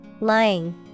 Lying